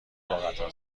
قطار